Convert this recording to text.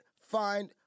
find